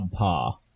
subpar